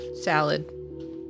salad